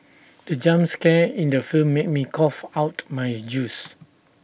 the jump scare in the film made me cough out my juice